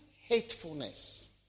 hatefulness